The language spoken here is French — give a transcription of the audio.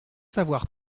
savoir